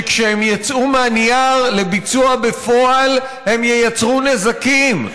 ושהן יצאו מהנייר לביצוע בפועל הן ייצרו נזקים,